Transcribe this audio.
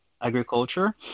agriculture